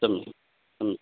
सम्यक् सम्यक्